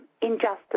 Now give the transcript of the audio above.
injustice